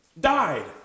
died